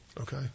okay